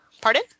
Pardon